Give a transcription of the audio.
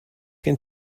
gen